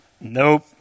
Nope